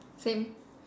same